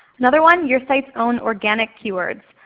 another one, your site's own organic keywords,